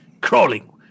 crawling